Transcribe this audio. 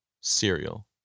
cereal